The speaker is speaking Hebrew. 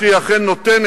אלא משום שהיא אכן נותנת